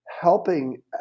helping